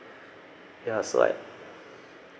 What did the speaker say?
ya so I